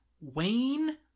Wayne